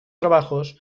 trabajos